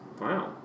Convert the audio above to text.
Wow